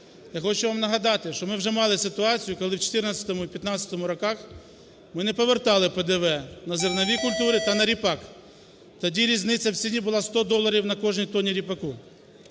Я хочу вам нагадати, що ми вже мали ситуацію, коли в 14-му і 15-му роках ми не повертали ПДВ на зернові культури та на ріпак. Тоді різниця в ціні була 100 доларів на кожній тонні ріпаку.